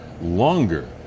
longer